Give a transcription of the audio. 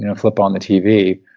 you know flip on the tv,